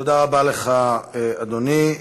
תודה לך, אדוני.